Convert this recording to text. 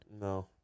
No